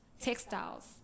textiles